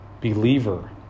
believer